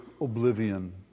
oblivion